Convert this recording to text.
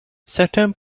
certains